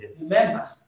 remember